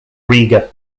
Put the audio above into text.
riga